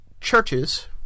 Churches